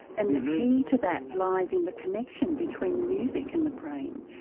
and the key to that lies in the connection between music and the brain.